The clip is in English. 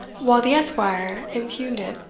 while the esquire impugned it,